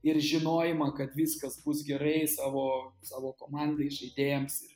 ir žinojimą kad viskas bus gerai savo savo komandai žaidėjams ir